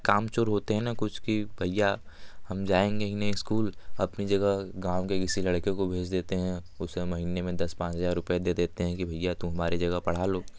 कामचोर होते हैं ना कुछ कि भैया हम जाएँगे ही नहीं स्कूल अपनी जगह गाँव के किसी लड़के को भेज देते हैं उसे महीने में दस पाँच हज़ार रुपए दे देते हैं कि भैया तुम हमारी जगह पढ़ा लो